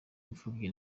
imfubyi